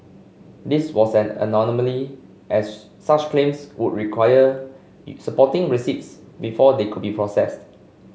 this was an as such claims would require supporting receipts before they could be processed